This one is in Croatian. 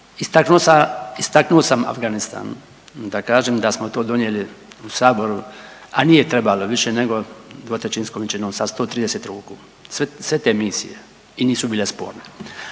Istaknuo sam Afganistan da kažem da smo to donijeli u Saboru, a nije trebalo više nego dvotrećinskom većinom, sa 130 ruku. Sve te misije i nisu bile sporne,